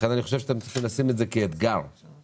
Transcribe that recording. לכן אני חושב שאתם צריכים לשים את זה כאתגר אצלכם.